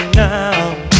now